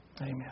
Amen